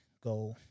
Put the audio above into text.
go